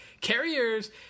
Carriers